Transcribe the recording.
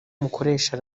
mukoresha